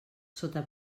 sota